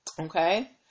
Okay